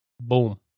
boom